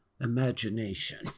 imagination